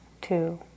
two